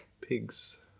pigs